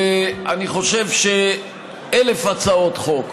ואני חושב שאלף הצעות חוק